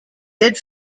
did